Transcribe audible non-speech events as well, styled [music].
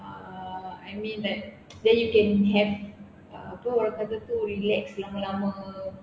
uh I mean like [noise] then you can have apa orang kata tu relax lama-lama